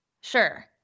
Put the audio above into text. Sure